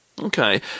Okay